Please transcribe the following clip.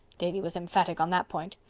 davy was emphatic on that point.